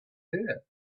her